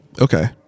okay